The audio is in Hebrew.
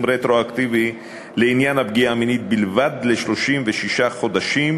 רטרואקטיבי לעניין הפגיעה המינית בלבד ל-36 חודשים